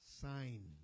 sign